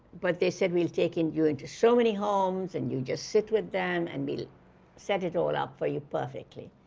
but they said, we'll take and you into so many homes and you just sit with them and we'll set it all up for you perfectly.